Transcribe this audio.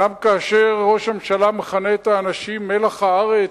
גם כאשר ראש הממשלה מכנה את האנשים "מלח הארץ",